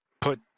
put